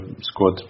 squad